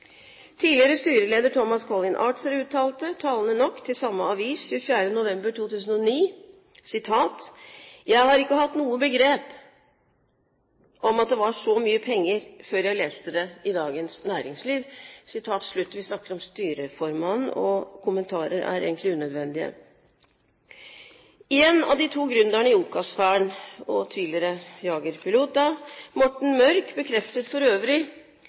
Tidligere styreleder Tomas Colin Archer uttalte talende nok til samme avis 24. november 2009: «Jeg har ikke hatt noe begrep om at det var så mye penger før jeg leste det i Dagens Næringsliv.» Vi snakker om styreformannen, og kommentarer er egentlig unødvendige. En av de to gründerne i OCAS-sfæren, tidligere jagerpilot Morten Mørk, bekreftet for øvrig